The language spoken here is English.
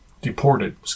deported